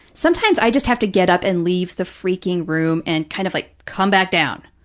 sometimes i just have to get up and leave the freaking room and kind of like come back down,